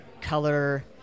color